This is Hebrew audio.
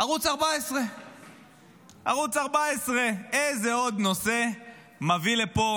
ערוץ 14. ערוץ 14. איזה עוד נושא מביא לפה